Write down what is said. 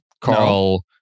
Carl